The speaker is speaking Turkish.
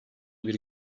bir